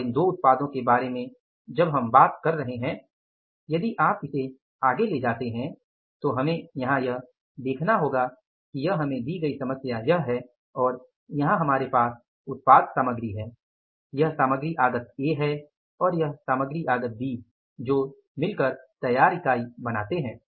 और इन दो उत्पादों के बारे में जब हम बात कर रहे हैं यदि आप इसे आगे ले जाते हैं तो हमें यहाँ यह देखना होगा कि यह हमें दी गई समस्या यह है और यहाँ हमारे पास उत्पाद सामग्री है यह सामग्री आगत ए है और यह सामग्री आगत बी जो तैयार इकाई बनाते है